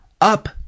up